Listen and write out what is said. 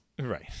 right